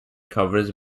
covers